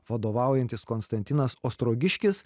vadovaujantis konstantinas ostrogiškis